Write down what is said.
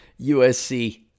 USC